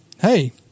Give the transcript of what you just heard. hey